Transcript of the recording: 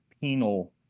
penal